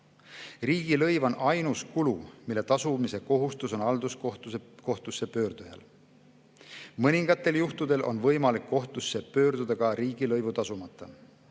Riigilõiv on ainus kulu, mille tasumise kohustus on halduskohtusse pöördujal. Mõningatel juhtudel on võimalik kohtusse pöörduda ka riigilõivu tasumata.